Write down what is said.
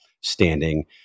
standing